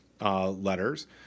letters